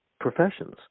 professions